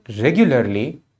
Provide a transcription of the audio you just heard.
regularly